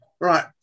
right